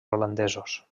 holandesos